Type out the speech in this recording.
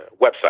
website